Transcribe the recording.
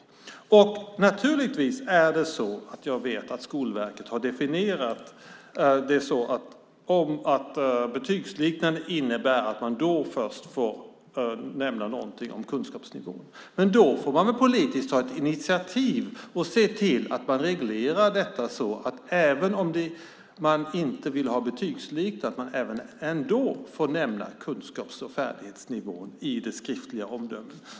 Jag vet naturligtvis att Skolverket har definierat det så att "betygsliknande" innebär att man först då får nämna någonting om kunskapsnivån. Men då får man väl politiskt ta ett initiativ och se till att reglera detta så att även om man inte vill ha betygsliknande omdömen får man nämna kunskaps och färdighetsnivån i de skriftliga omdömena.